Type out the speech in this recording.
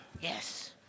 Yes